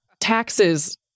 taxes